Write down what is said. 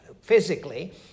Physically